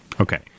Okay